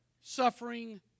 suffering